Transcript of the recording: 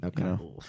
Okay